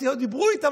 לא דיברו איתם,